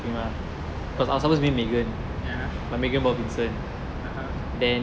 ya (uh huh)